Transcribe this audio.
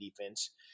defense